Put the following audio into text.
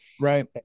Right